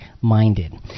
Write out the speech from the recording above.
minded